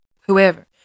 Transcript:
whoever